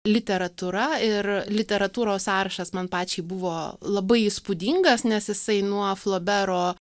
literatūra ir literatūros sąrašas man pačiai buvo labai įspūdingas nes jisai nuo flobero